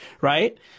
Right